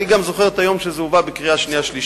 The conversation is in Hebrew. אני גם זוכר את היום שזה הובא לקריאה שנייה-שלישית,